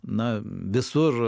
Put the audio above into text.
na visur